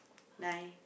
nine